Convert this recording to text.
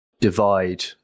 divide